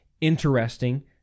interesting